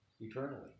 eternally